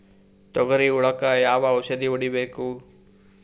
ತೊಗರಿ ಹುಳಕ ಯಾವ ಔಷಧಿ ಹೋಡಿಬೇಕು?